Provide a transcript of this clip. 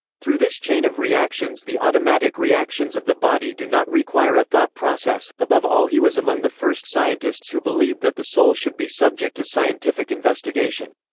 through this chain of reactions the automatic reactions of the body do not require a thought process above all he was among the first scientists who believed that the soul should be subject to scientific investigation.